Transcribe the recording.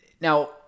now